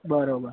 બરાબર